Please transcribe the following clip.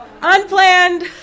Unplanned